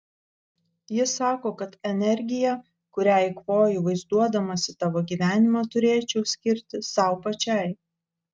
ji sako kad energiją kurią eikvoju vaizduodamasi tavo gyvenimą turėčiau skirti sau pačiai